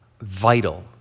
vital